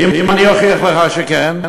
ואם אני אוכיח לך שכן?